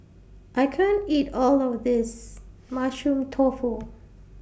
I can't eat All of This Mushroom Tofu